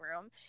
room